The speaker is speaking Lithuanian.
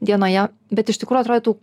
dienoje bet iš tikrųjų atrodytų